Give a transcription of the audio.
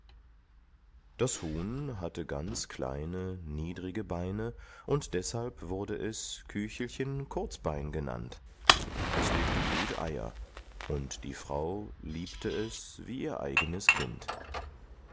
das huhn hatte ganz kleine niedrige beine und deshalb wurde es küchelchen kurzbein genannt es legte gut eier und die frau liebte es wie ihr eigenes kind